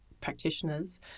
practitioners